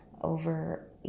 over